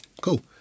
Cool